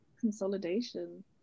consolidation